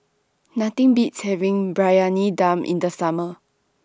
Nothing Beats having Briyani Dum in The Summer